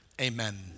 amen